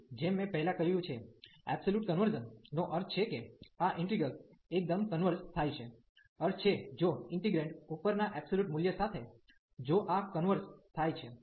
તેથી જેમ મેં પહેલા કહ્યું છે એબ્સોલ્યુટ કન્વર્ઝન convergence નો અર્થ છે કે આ ઇન્ટિગ્રલintegral એકદમ કન્વર્ઝ થાય છે અર્થ છે જો ઇન્ટિગ્રેંટ ઉપરના એબ્સોલ્યુટ મૂલ્ય સાથે જો આ કન્વર્ઝ થાય છે